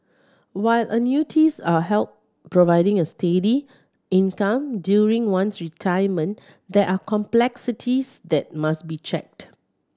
while annuities are help providing a steady income during one's retirement there are complexities that must be checked